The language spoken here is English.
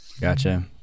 Gotcha